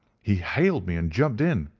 he hailed me and jumped in.